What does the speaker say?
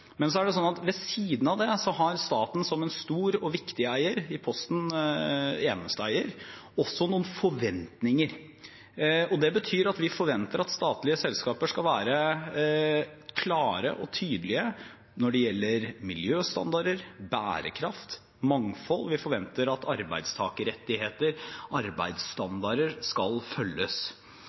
har staten som en stor og viktig eier – i Posten eneste eier – også noen forventninger. Det betyr at vi forventer at statlige selskaper skal være klare og tydelige når det gjelder miljøstandarder, bærekraft og mangfold. Vi forventer at arbeidstakerrettigheter og arbeidsstandarder skal følges.